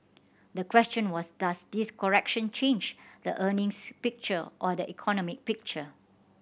the question was does this correction change the earnings picture or the economic picture